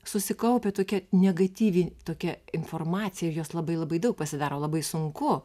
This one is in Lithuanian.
susikaupia tokia negatyvi tokia informacija ir jos labai labai daug pasidaro labai sunku